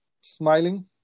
smiling